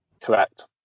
Correct